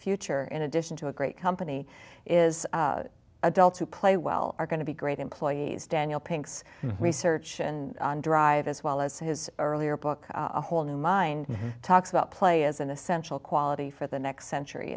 future in addition to a great company is adults who play well are going to be great employees daniel pink's research and dr as well as his earlier book a whole new mind talks about play as an essential quality for the next century